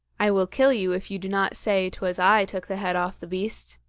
i will kill you if you do not say twas i took the head off the beast.